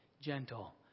gentle